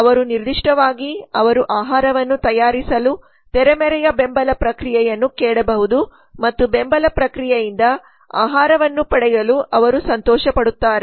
ಅವರು ನಿರ್ದಿಷ್ಟವಾಗಿ ಅವರು ಆಹಾರವನ್ನು ತಯಾರಿಸಲು ತೆರೆಮರೆಯ ಬೆಂಬಲ ಪ್ರಕ್ರಿಯೆಯನ್ನು ಕೇಳಬಹುದು ಮತ್ತು ಬೆಂಬಲ ಪ್ರಕ್ರಿಯೆಯಿಂದ ಆಹಾರವನ್ನು ಪಡೆಯಲು ಅವರು ಸಂತೋಷಪಡುತ್ತಾರೆ